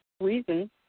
reason